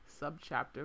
Subchapter